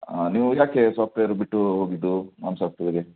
ನೀವು ಯಾಕೆ ಸಾಫ್ಟ್ವೇರ್ ಬಿಟ್ಟು ಹೋಗಿದ್ದು ನಾನ್ ಸಾಫ್ಟ್ವೇರ್ಗೆ